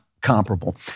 comparable